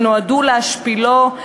ונועדו להשפילו,